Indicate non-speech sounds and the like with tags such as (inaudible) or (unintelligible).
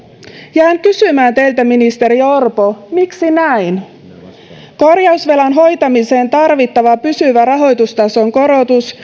jään kysymään teiltä ministeri orpo miksi näin korjausvelan hoitamiseen tarvittava pysyvä rahoitustason korotus (unintelligible)